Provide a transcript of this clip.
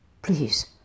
Please